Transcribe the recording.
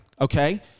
Okay